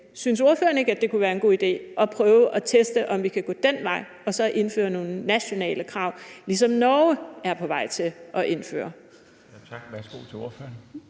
synes ordføreren ikke, at det kunne være en god idé at prøve at teste, om vi kan gå den vej og så indføre nogle nationale krav, ligesom Norge er på vej til at indføre?